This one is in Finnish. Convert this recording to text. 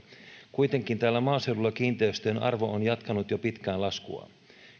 kuitenkin täällä maaseudulla kiinteistöjen arvo on jatkanut jo pitkään laskuaan